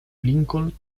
lincoln